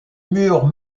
murs